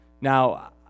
Now